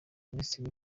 minisitiri